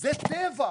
זה טבח.